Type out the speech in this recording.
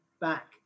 back